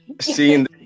seeing